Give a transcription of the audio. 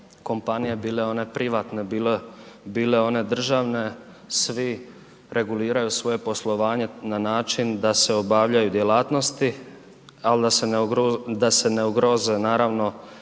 kompanije bile one privatne, bile one državne, svi reguliraju svoje poslovanje na način da se obavljaju djelatnosti ali da se ugroze naravno